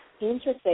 Interesting